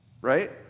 Right